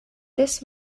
this